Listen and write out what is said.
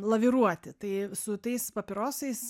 laviruoti tai su tais papirosais